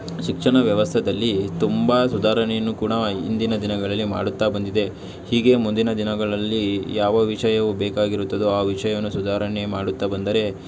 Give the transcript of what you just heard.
ಶಿಕ್ಷಣ ವ್ಯವಸ್ಥೆಯಲ್ಲಿ ತುಂಬ ಸುಧಾರಣೆಯನ್ನು ಕೂಡ ಇಂದಿನ ದಿನಗಳಲ್ಲಿ ಮಾಡುತ್ತಾ ಬಂದಿದೆ ಹೀಗೆ ಮುಂದಿನ ದಿನಗಳಲ್ಲಿ ಯಾವ ವಿಷಯವು ಬೇಕಾಗಿರುತ್ತದೊ ಆ ವಿಷಯವನ್ನು ಸುಧಾರಣೆ ಮಾಡುತ್ತಾ ಬಂದರೆ